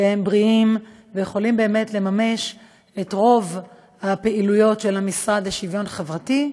שהם בריאים ויכולים באמת לממש את רוב הפעילויות של המשרד לשוויון חברתי,